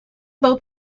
both